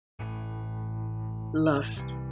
Lust